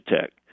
Tech